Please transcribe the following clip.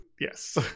yes